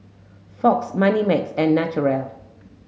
Fox Moneymax and Naturel